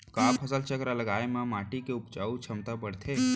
का फसल चक्र लगाय से माटी के उपजाऊ क्षमता बढ़थे?